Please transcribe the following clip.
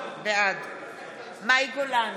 בעד מאי גולן,